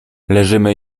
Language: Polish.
leżymy